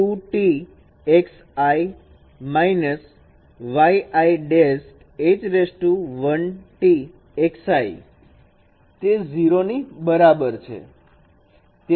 તે 0 ની બરાબર છે